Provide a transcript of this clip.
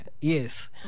Yes